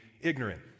ignorant